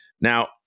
Now